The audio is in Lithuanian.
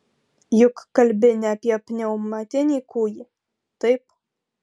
juk kalbi ne apie pneumatinį kūjį taip